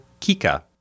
Kika